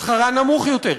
שכרה נמוך יותר,